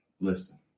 Listen